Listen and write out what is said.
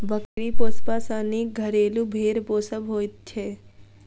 बकरी पोसबा सॅ नीक घरेलू भेंड़ पोसब होइत छै